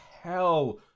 hell